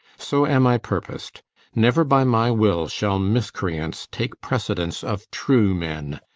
so am i purposed never by my will shall miscreants take precedence of true men,